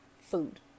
food